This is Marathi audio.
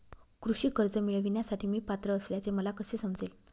कृषी कर्ज मिळविण्यासाठी मी पात्र असल्याचे मला कसे समजेल?